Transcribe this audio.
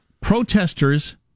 Protesters